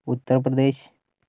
Uttar Pradesh